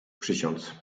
przysiąc